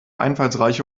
einfallsreiche